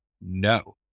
no